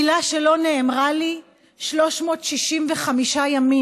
מילה שלא נאמרה לי 365 ימים,